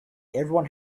everyone